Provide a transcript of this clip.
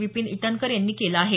विपीन इटनकर यांनी केलं आहे